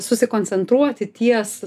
susikoncentruoti ties